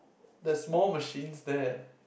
the small machines there